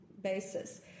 basis